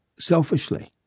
selfishly